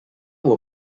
will